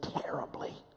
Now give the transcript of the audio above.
terribly